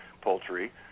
poultry